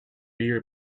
your